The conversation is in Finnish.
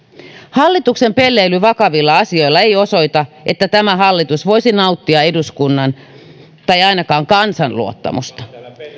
hallituksen pelleily vakavilla asioilla ei osoita että tämä hallitus voisi nauttia eduskunnan tai ainakaan kansan luottamusta